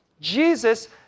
Jesus